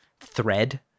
thread